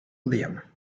liam